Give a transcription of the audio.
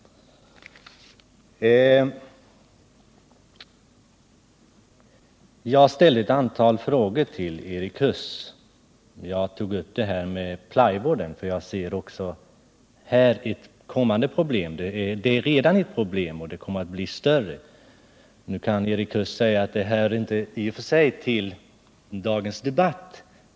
Jag ställde ett antal frågor till Erik Huss. Jag tog upp plywoodproduktionen, eftersom jag här ser ett kommande problem. Det är redan ett problem, och det kommer att bli större. Nu kan Erik Huss i och för sig säga att detta inte hör till dagens debatt.